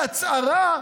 בהצהרה,